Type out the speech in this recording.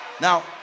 Now